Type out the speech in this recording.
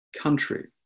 country